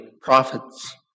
prophets